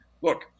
look